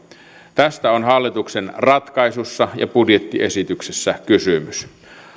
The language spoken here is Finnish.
tästä on hallituksen ratkaisussa ja budjettiesityksessä kysymys